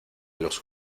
los